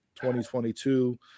2022